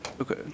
Okay